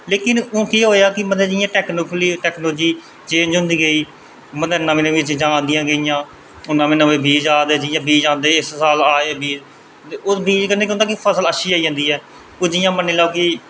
ते मतलब कि हून केह् होआ कि जियां टेक्नोलॉजी चेंज होंदी गेई मतलब नमीं नमीं चीज़ां आंदी गेइयां हून नमें नमें बीज़ आंदे इस्सै स्हाबै दे आए बीज़ ते उस बीज़ कन्नै केह् होंदा कि फसल अच्छी आई जंदी ऐ ओह् जियां मन्नी लैओ क